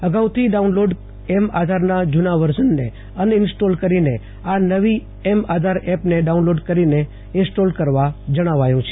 અગાઉથી download M Aadhaar ના જુના વર્ઝન ને અનઇન્સ્ટોલ કરીને આ નવી એમ આધાર એપને ડાઉનલોડ કરી ઇન્સ્ટોલ કરવા જણાવાયું છે